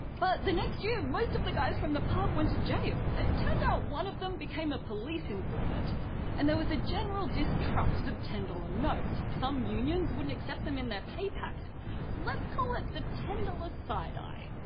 but, the next year, most of the guys from the pub went to jail it turned out one of them became a police informant and there was a general distrust of ten dollars notes some unions wouldn't accept them in their pay packet let's call it the ten dollars side-eye.